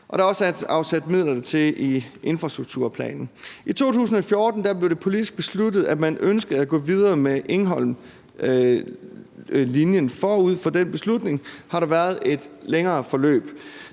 der er også afsat midler til det i infrastrukturplanen. I 2014 blev det politisk besluttet, at man ønskede at gå videre med Egholmlinjen. Forud for den beslutning har der været et længere forløb